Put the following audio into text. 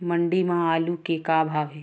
मंडी म आलू के का भाव हे?